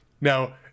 now